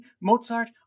Mozart